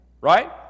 Right